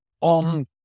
on